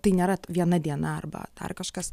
tai nėra viena diena arba dar kažkas